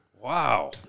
Wow